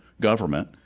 government